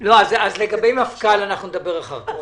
אז לגבי מפכ"ל אנחנו נדבר אחר כך.